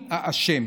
מי האשם,